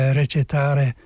recitare